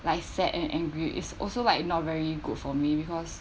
like sad and angry is also like not very good for me because